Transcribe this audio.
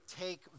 take